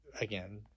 again